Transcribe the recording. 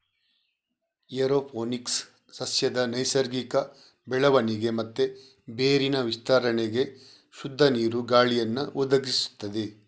aeroponics ಸಸ್ಯದ ನೈಸರ್ಗಿಕ ಬೆಳವಣಿಗೆ ಮತ್ತೆ ಬೇರಿನ ವಿಸ್ತರಣೆಗೆ ಶುದ್ಧ ನೀರು, ಗಾಳಿಯನ್ನ ಒದಗಿಸ್ತದೆ